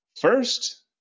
First